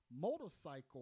motorcycle